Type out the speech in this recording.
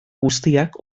guztiak